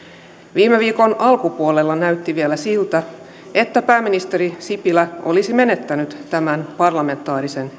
viime viikon alkupuolella näytti vielä siltä että pääministeri sipilä olisi menettänyt tämän parlamentaarisen